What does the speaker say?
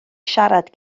siarad